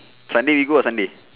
sunday we go on sunday